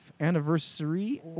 Anniversary